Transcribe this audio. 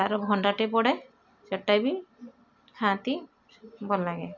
ତା'ର ଭଣ୍ଡାଟେ ପଡ଼େ ସେଟା ବି ଖାଆନ୍ତି ଭଲଲାଗେ